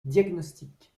diagnostique